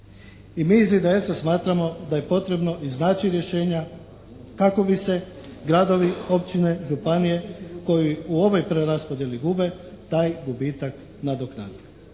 I mi iz IDS-a smatramo da je potrebno iznaći rješenja kako bi se gradovi, općine, županije koji u ovoj preraspodjeli gube taj gubitak nadoknadio.